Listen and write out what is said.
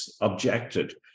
objected